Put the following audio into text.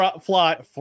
fly